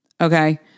Okay